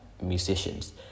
musicians